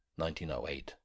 1908